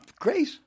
great